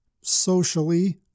Socially